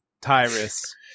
Tyrus